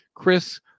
Chris